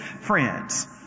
friends